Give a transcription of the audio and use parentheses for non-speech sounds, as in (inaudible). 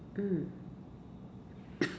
mm (coughs)